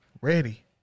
Ready